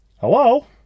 Hello